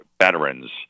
veterans